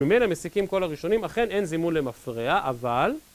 ומאלה מסיקים כל הראשונים, אכן אין זימון למפרע, אבל...